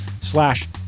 slash